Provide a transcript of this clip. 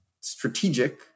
strategic